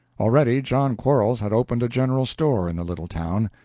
already john quarles had opened a general store in the little town.